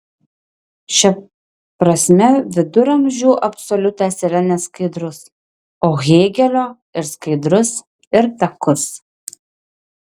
šia prasme viduramžių absoliutas yra neskaidrus o hėgelio ir skaidrus ir takus